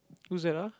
who's that lah